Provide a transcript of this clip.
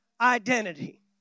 identity